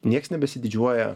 nieks nebesididžiuoja